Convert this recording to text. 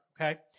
okay